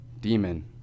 demon